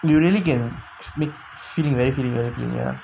you really can feel very filling